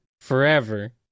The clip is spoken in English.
forever